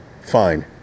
Fine